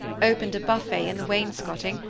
opened a buffet in the wainscoting,